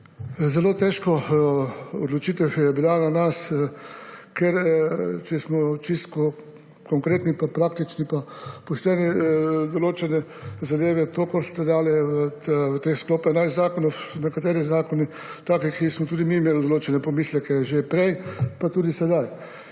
Zelo težka odločitev je bila na nas, ker če smo čisto konkretni, praktični pa pošteni, določene zadeve, to, kar ste dali v te sklope naj zakonov, so nekateri zakoni tudi takšni, da smo tudi mi imeli določene pomisleke že prej, pa tudi sedaj.